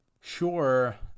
sure